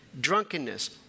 drunkenness